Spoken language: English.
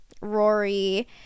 Rory